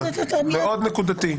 מאוד נקודתי.